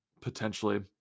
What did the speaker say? potentially